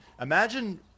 imagine